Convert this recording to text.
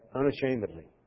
unashamedly